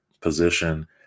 position